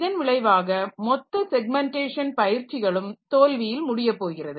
இதன் விளைவாக மொத்த ஸெக்மெண்டேஷன் பயிற்சிகளும் தோல்வியில் முடியப்போகிறது